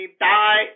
die